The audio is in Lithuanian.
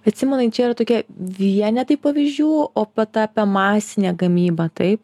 bet simonai čia yra tokie vienetai pavyzdžių o vat apie masinę gamybą tai